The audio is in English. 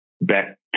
back